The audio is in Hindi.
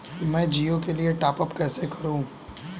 मैं जिओ के लिए टॉप अप कैसे करूँ?